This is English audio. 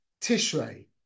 tishrei